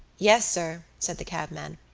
yes, sir, said the cabman.